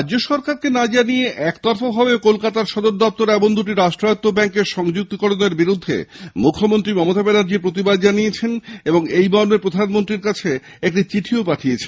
রাজ্য সরকারকে না জানিয়ে একতরফাভাবে কলকাতায় সদর দপ্তর এমন দুটি রাষ্ট্রায়ত্ব ব্যাঙ্ককে সংযুক্তিকরণের বিরুদ্ধে মুখ্যমন্ত্রী মমতা ব্যানার্জী প্রতিবাদ জানিয়েছেন এবং এই মর্মে প্রধানমন্ত্রী নরেন্দ্র মোদীকে একটি চিঠিও পাঠিয়েছেন